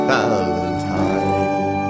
Valentine